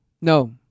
No